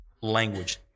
language